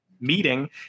meeting